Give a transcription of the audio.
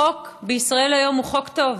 החוק בישראל היום הוא חוק טוב